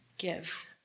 give